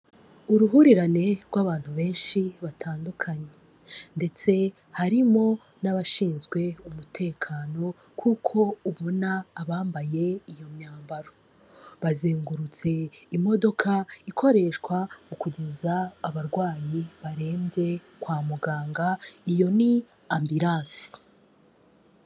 Uruhurirane rw'abantu benshi batandukanye ndetse harimo n'abashinzwe umutekano kuko ubona abambaye iyo myambaro, bazengurutse imodoka ikoreshwa mu kugeza abarwayi barembye kwa muganga iyo ni ambiransi.